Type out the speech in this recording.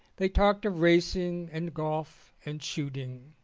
they talked of racing and golf and shooting.